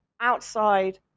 outside